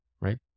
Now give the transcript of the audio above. right